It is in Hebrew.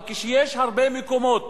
אבל כשיש הרבה מקומות